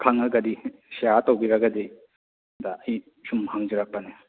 ꯈꯪꯉꯒꯗꯤ share ꯇꯧꯕꯤꯔꯒꯗꯤ ꯗ ꯑꯩ ꯁꯨꯝ ꯍꯪꯖꯔꯛꯄꯅꯦ